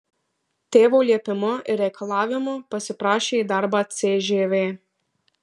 tėvo liepimu ir reikalavimu pasiprašė į darbą cžv